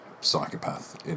psychopath